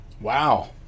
wow